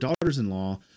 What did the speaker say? daughters-in-law